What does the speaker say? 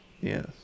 Yes